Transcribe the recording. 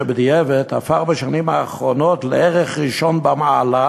הפך בשנים האחרונות לערך ראשון במעלה